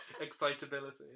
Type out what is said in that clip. excitability